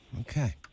Okay